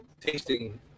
tasting